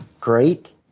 great